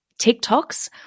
TikToks